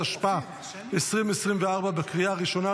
התשפ"ה 2024 בקריאה הראשונה.